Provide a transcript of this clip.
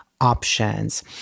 options